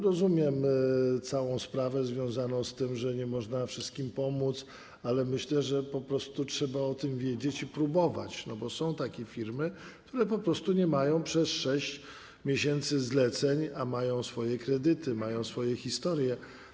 Rozumiem całą sprawę związaną z tym, że nie można wszystkim pomóc, ale myślę, że trzeba o tym wiedzieć i próbować, bo są takie firmy, które nie mają przez 6 miesięcy zleceń, a mają swoje kredyty, mają swoje historie.